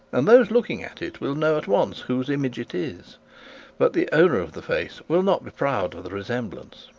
and those looking at it will know at once whose image it is but the owner of the face will not be proud of the resemblance.